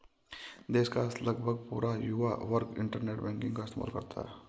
देश का लगभग पूरा युवा वर्ग इन्टरनेट बैंकिंग का इस्तेमाल करता है